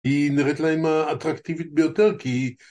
היא נראית להם אטרקטיבית ביותר כי